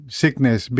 sickness